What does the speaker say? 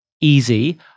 easy